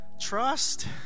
Trust